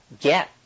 get